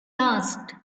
asked